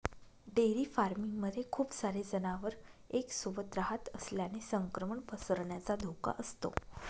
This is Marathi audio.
डेअरी फार्मिंग मध्ये खूप सारे जनावर एक सोबत रहात असल्याने संक्रमण पसरण्याचा धोका असतो